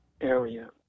area